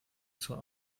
zur